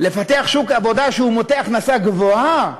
לפתח שוק עבודה שהוא מוטה הכנסה גבוהה,